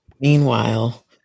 Meanwhile